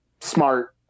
smart